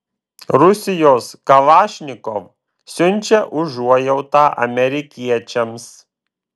rusijos kalašnikov siunčia užuojautą amerikiečiams